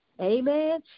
Amen